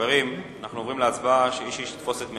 חברים, איש איש יתפוס את מקומו.